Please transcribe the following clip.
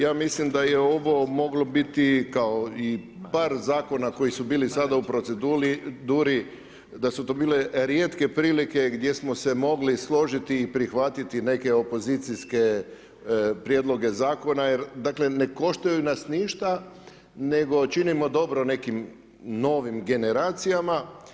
Ja mislim da je ovo moglo biti kao i par zakona koji su bili sada u proceduri da su to bile rijetke prilike gdje smo se mogli složiti i prihvatiti neke opozicijske prijedloge zakona jer ne koštaju nas ništa nego činimo dobro nekim novim generacijama.